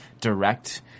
direct